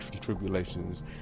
tribulations